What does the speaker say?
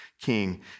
king